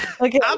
Okay